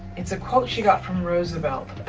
it's a quote she got from roosevelt,